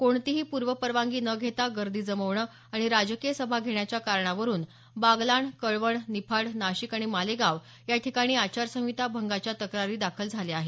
कोणतीही पूर्वपरवानगी न घेता गर्दी जमवणं आणि राजकीय सभा घेण्याच्या कारणावरून बागलाण कळवण निफाड नाशिक आणि मालेगाव याठिकाणी आचारसंहिता भंगाच्या तक्रारी दाखल झाल्या आहेत